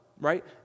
right